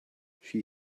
she